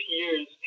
years